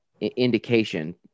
indication